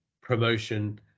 promotion